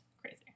crazy